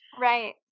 Right